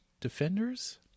Defenders